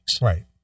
Right